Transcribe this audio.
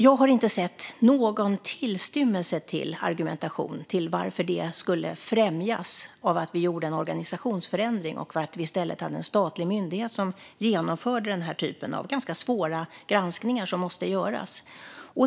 Jag har inte sett någon tillstymmelse till argumentation till varför detta skulle främjas av att vi gjorde en organisationsförändring och i stället hade en statlig myndighet som genomförde den här typen av ganska svåra granskningar som måste göras.